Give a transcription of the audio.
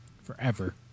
forever